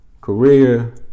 career